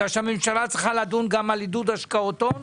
מפני שהיא צריכה לדון גם בעידוד השקעות הון.